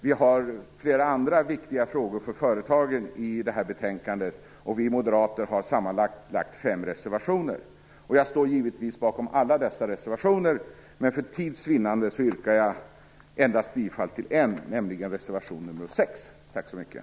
Det finns flera andra viktiga frågor för företagen i detta betänkande. Vi moderater har sammanlagt avgett 5 reservationer. Jag står givetvis bakom alla dessa reservationer. Men för tids vinnande yrkar jag endast bifall till en, nämligen reservation 6.